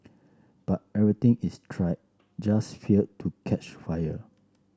but everything is tried just failed to catch fire